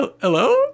hello